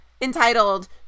entitled